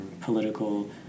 political